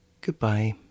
Goodbye